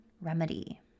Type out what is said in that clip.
remedy